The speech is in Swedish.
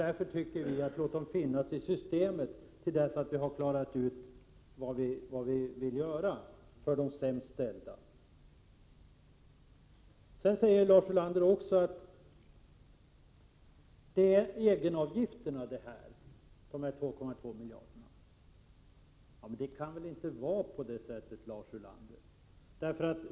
Därför tycker vi att pengarna skall finnas kvar i systemet tills vi har klarat ut vad vi vill göra för de sämst ställda. Lars Ulander säger också att dessa 2,2 miljarder kronor är egenavgifter. Men det kan de väl inte vara.